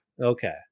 Okay